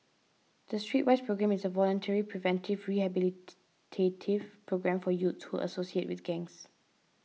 the Streetwise Programme is a voluntary preventive rehabilitative programme for youths who associate with gangs